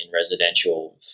residential